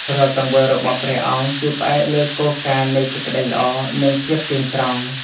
រាល់ទង្វើរបស់ព្រះអង្គ គឺផ្អែកលើគោលការណ៍នៃសេចក្ដីល្អ និងភាពទៀងត្រង់ ។